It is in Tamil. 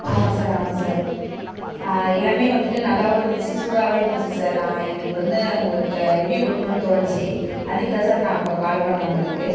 ஆமாம் சார் ஆமாம் சார் எல்லாமே வந்துட்டு நல்லாவும் இருந்துச்சு சூடாகவே இருந்துச்சு சார் நான் எனக்கு வந்து உங்களுக்கு ரிவ்யூ கொடுக்கணுன்னு தோணுச்சு அதுக்குதான் சார் நான் அப்போ கால் பண்ணிணேன் உங்களுக்கு